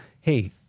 hey